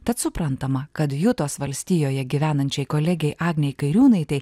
tad suprantama kad jutos valstijoje gyvenančiai kolegei agnei kairiūnaitei